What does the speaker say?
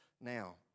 Now